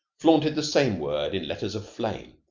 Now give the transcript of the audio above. flaunted the same word in letters of flame.